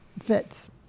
fits